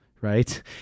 right